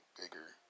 bigger